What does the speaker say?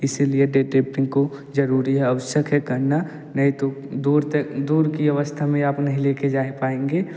इसी लिए डेडलिफ्टिंग को ज़रूरी है आवश्यक है करना नहीं तो दूर तक दूर की अवस्था में आप नहीं ले कार जा पाएँगे